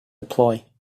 deploy